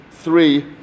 Three